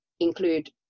include